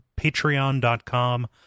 patreon.com